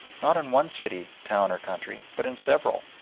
not in one city, town or country, but in several,